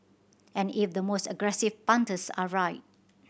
and if the most aggressive punters are right